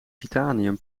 titanium